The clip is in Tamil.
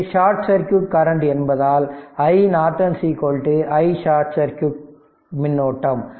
இது ஷார்ட் சர்க்யூட் கரண்ட் என்பதால் i n i short circuit மின்னோட்டம்